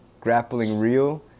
grapplingreal